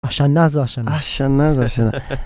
השנה זו השנה. השנה זו השנה.